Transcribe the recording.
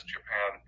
Japan